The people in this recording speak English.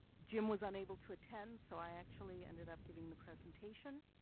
jim was unable to attend, so i actually ended up giving the presentation.